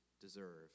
deserve